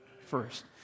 first